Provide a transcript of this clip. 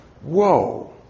Whoa